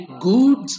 goods